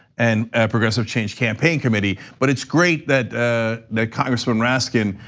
and progressive change campaign committee, but it's great that the congressman raskin,